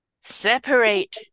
Separate